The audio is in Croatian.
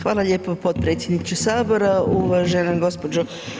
Hvala lijepo potpredsjedniče Sabora, uvažena gđo.